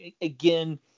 Again